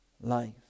life